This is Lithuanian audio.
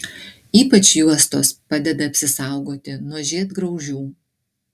ypač juostos padeda apsisaugoti nuo žiedgraužių